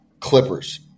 Clippers